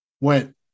went